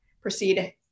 proceed